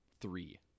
Three